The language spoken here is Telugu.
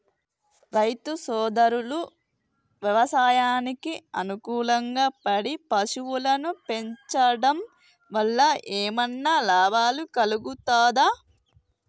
రైతు సోదరులు వ్యవసాయానికి అనుకూలంగా పాడి పశువులను పెంచడం వల్ల ఏమన్నా లాభం కలుగుతదా?